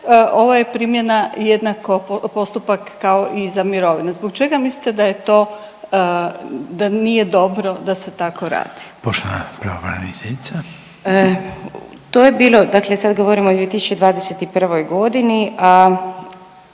ovo je primjena jednako postupak kao i za mirovine. Zbog čega mislite da to da nije dobro da se tako radi? **Reiner, Željko (HDZ)** Poštovana